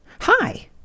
hi